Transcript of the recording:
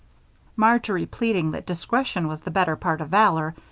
marjory, pleading that discretion was the better part of valor,